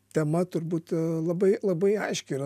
tema turbūt labai labai aiškiai yra